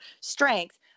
strength